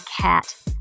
cat